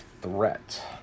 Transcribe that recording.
threat